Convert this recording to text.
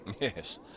Yes